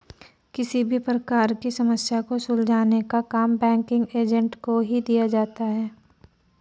किसी भी प्रकार की समस्या को सुलझाने का काम बैंकिंग एजेंट को ही दिया जाता है